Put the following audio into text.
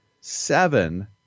seven